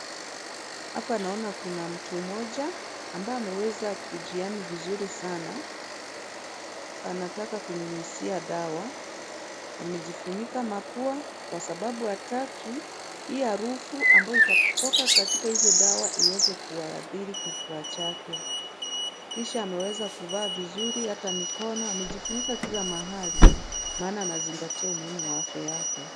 Hapa naona kuna mtu mmoja ambaye ameweza kujiami vizuri sana. Anataka kunyunyizia dawa, amejifunika mapua kwa sababu hataki, hio harufu ambayo itatoka katika hizo dawa iweze kuathiri kifua chake. Kisha ameweza kuvaa vizuri hata mikono, amejifunika kila mahali, maana anazingatia umuhimu wa afya yake.